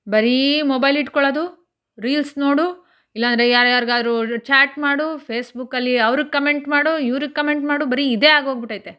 ಬರೀ ಮೊಬೈಲ್ ಇಟ್ಕೊಳ್ಳೋದು ರೀಲ್ಸ್ ನೋಡು ಇಲ್ಲ ಅಂದ್ರೆ ಯಾರ್ಯಾರಿಗಾದರೂ ಚಾಟ್ ಮಾಡು ಫೇಸ್ಬುಕ್ಕಲ್ಲಿ ಅವ್ರಿಗೆ ಕಮೆಂಟ್ ಮಾಡು ಇವ್ರಿಗೆ ಕಮೆಂಟ್ ಮಾಡು ಬರೀ ಇದೇ ಆಗೋಗಿಬಿಟ್ಟೈತೆ